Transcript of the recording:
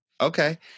Okay